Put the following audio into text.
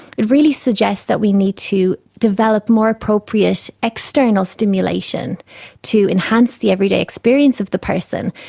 it really suggests that we need to develop more appropriate external stimulation to enhance the everyday experience of the person,